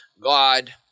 God